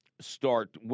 start